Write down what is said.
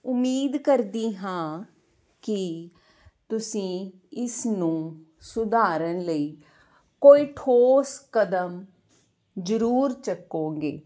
ਉਮੀਦ ਕਰਦੀ ਹਾਂ ਕਿ ਤੁਸੀਂ ਇਸ ਨੂੰ ਸੁਧਾਰਨ ਲਈ ਕੋਈ ਠੋਸ ਕਦਮ ਜ਼ਰੂਰ ਚੁੱਕੋਗੇ